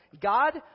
God